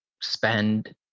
spend